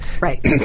Right